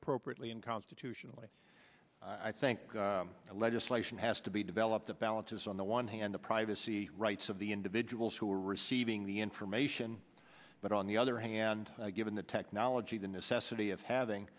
appropriately and constitutionally i think legislation has to be developed that balances on the one hand the privacy rights of the individuals who are receiving the information but on the other hand given the technology the necessity of having